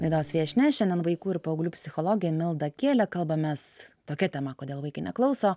laidos viešnia šiandien vaikų ir paauglių psichologė milda kielė kalbamės tokia tema kodėl vaikai neklauso